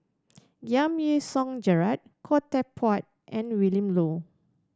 Giam Yean Song Gerald Khoo Teck Puat and Willin Low